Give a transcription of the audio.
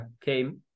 came